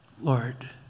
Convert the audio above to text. Lord